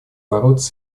бороться